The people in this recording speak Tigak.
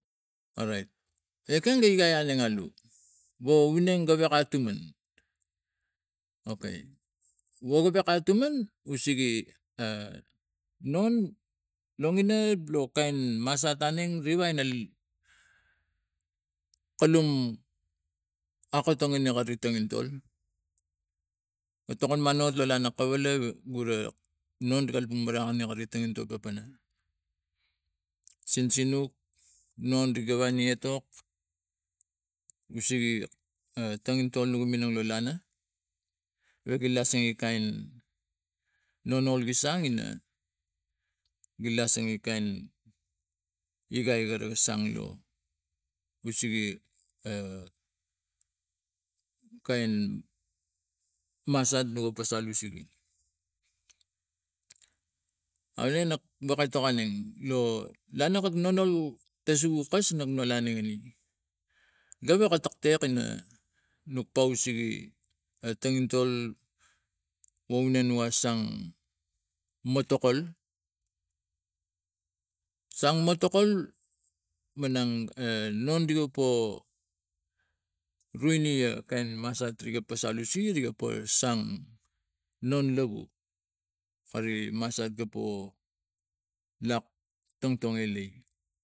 Orait ekeng gi inang ale alu wo uneng gewek atuman okai wo ubek atuman usege non nongina lo kain masat anange riwain ina kalum akotong neri tongitol na tokol manut lo lana kawala gura non gi kalapan marakani lana tongintol papana sinsinuk nong riga wan etok usege a tongintol nu ga minang la lana relasenge kain nonol gi sung lo usege a kain masat no ga pasal usege. Aunenge na ga wok atokon neng lo lana ka nonal tasuakas geweka tektek nok pau sege a tongintol wo na no asung notokol sung notokol ma nung a non riga po ruine a kain masat riga pasal use riga po sung non lau kari masat iga po lak tongtong elai.